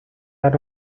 han